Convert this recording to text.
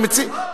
אני מציג,